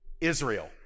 Israel